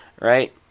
right